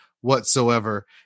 whatsoever